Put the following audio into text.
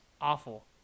awful